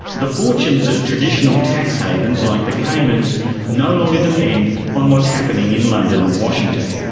the fortunes of traditional tax havens like the caymans no longer depend on what's happening in london or washington.